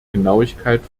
genauigkeit